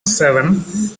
seven